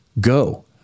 Go